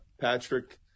Patrick